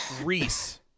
Reese